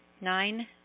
Nine